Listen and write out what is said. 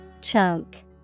Chunk